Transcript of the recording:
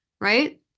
right